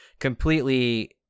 completely